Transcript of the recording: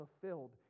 fulfilled